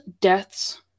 deaths